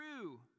True